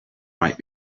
might